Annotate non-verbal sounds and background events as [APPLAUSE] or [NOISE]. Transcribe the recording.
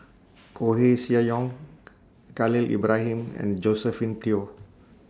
Koeh Sia Yong [NOISE] Khalil Ibrahim and Josephine Teo